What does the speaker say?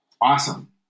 awesome